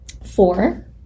Four